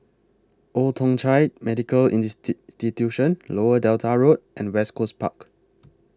Old Thong Chai Medical Lower Delta Road and West Coast Park